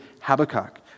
Habakkuk